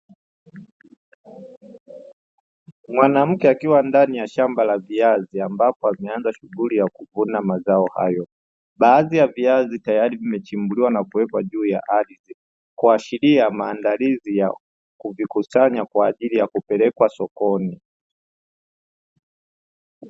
Mwanamke akiwa ndani ya shamba la viazi ambapo ameanza shughuli ya kuvuna mazao hayo, baadhi ya viazi tayari vimechimbuliwa na kuwekwa juu ya ardhi kuashiria maandalizi ya kuvikusanya kwajili ya kupelekwa sokoni.